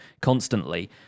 constantly